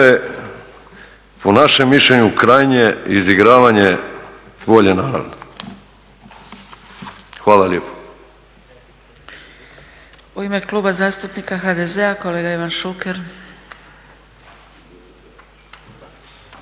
po našem mišljenju krajnje izigravanje volje naroda. Hvala lijepo.